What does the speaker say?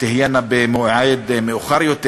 תהיינה במועד מאוחר יותר.